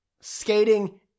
skating